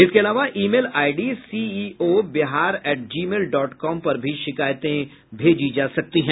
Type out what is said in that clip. इसके अलावा email ID CEO Bihar at Gmail dot com पर भी शिकायतें भेजी जा सकती हैं